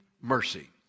mercy